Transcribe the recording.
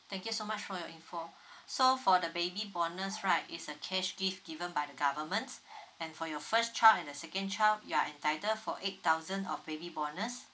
thank you so much for your info so for the baby bonus right is a cash gift given by the government and for your first child and the second child you are entitle for eight thousand of baby bonus